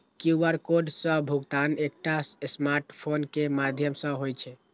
QR code सं भुगतान एकटा स्मार्टफोन के माध्यम सं होइ छै